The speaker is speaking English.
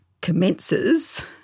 commences